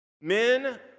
Men